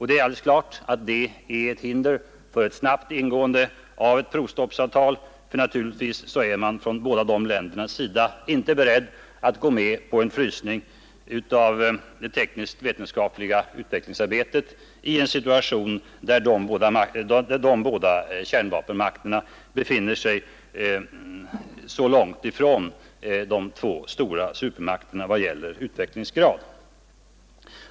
Det är alldeles klart att detta är ett hinder för ett snabbt ingående av ett provstoppsavtal, för naturligtvis är man från dessa båda länders sida inte beredd att gå med på en frysning av det tekniskt-vetenskapliga utvecklingsarbetet i en situation, där Sovjets och USA:s övertag är så stort som i dag.